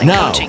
Now